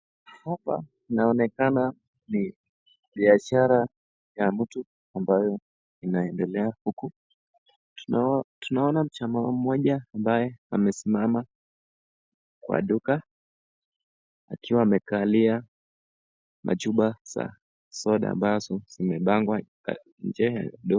Hapa inaonekana ni biashara ya mtu ambayo inaendelea tunaona jamaa mmoja ambaye amesimama kwa duka akiwa amekalia machupa za soda ambazo zimepangwa nje ya duka.